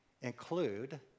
include